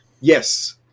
Yes